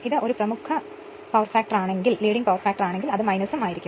ഇത് ഒരു പ്രമുഖ പവർ ഫാക്ടറാണെങ്കിൽ അത് ആയിരിക്കും